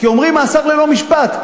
אומרים מאסר ללא משפט.